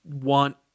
want